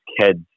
kids